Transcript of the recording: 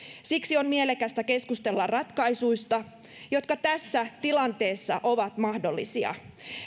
siksi on mielekästä keskustella ratkaisuista jotka tässä tilanteessa ovat mahdollisia